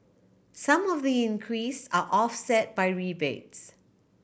some of the increase are offset by rebates